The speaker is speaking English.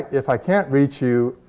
if i can't reach you,